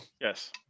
Yes